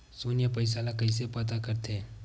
शून्य पईसा ला कइसे पता करथे?